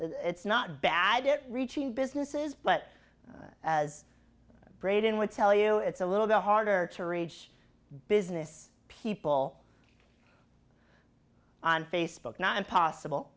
it's not bad at reaching businesses but as braydon would tell you it's a little bit harder to reach business people on facebook not impossible